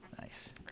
Nice